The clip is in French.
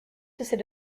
ses